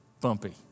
bumpy